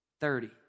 Thirty